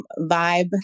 vibe